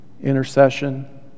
intercession